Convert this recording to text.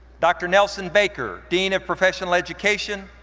dr. nelson baker, dean of professional education.